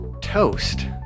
Toast